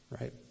right